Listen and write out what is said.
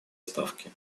ставки